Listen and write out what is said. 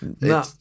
No